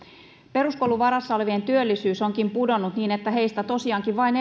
peruskoulun varassa olevien työllisyys onkin pudonnut niin että heistä tosiaankin vain